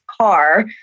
car